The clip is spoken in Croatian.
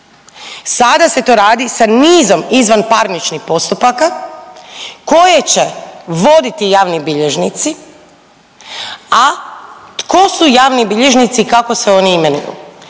Sada se to radi sa nizom izvanparničnih postupaka koje će voditi javni bilježnici, a tko su javni bilježnici i kako se oni imenuju?